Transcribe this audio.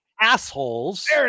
assholes